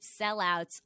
sellouts